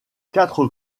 quatre